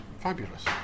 fabulous